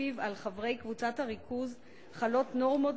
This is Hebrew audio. לפיו על חברי קבוצת הריכוז חלות נורמות